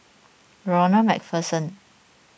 Ronald MacPherson